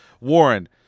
warren